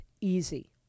easy